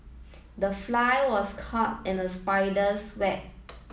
the fly was caught in the spider's web